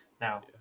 now